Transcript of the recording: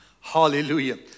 Hallelujah